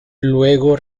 luego